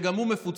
שגם הוא מפוצל,